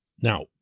Now